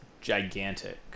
gigantic